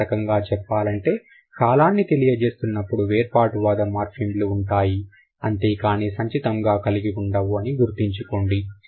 ఇంకొక రకంగా చెప్పాలంటే కాలాన్ని తెలియజేస్తున్న ప్పుడు వేర్పాటువాద మార్ఫిమ్ లు ఉంటాయి అంతేకానీ సంచితముగా కలిగి ఉండవు అని గుర్తుంచుకోండి